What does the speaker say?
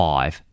Five